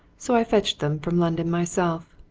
so i fetched them from london myself.